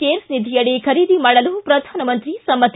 CARES ನಿಧಿಯಡಿ ಖರೀದಿ ಮಾಡಲು ಪ್ರಧಾನಮಂತ್ರಿ ಸಮ್ಮತಿ